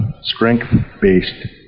strength-based